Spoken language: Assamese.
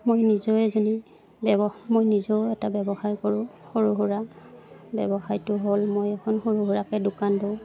মই নিজেও এজনী ব্যৱ মই নিজেও এটা ব্যৱসায় কৰোঁ সৰু সুৰা ব্যৱসায়টো হ'ল মই এখন সৰু সুৰাকৈ দোকান দিওঁ